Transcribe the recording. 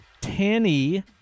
Tanny